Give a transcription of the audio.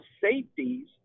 safeties